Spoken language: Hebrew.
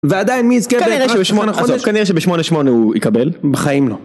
ועדיין מי יזכה ב-8-8 הוא יקבל? בחיים לא.